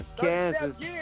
Kansas